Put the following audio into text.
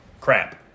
crap